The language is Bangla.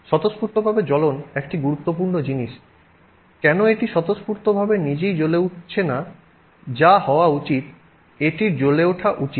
স্বতঃস্ফূর্তভাবে জ্বলন একটি গুরুত্বপূর্ণ জিনিস কেন এটি স্বতঃস্ফূর্তভাবে নিজেই জ্বলে উঠছে না যা হওয়া উচিত এটির জ্বলে ওঠা উচিত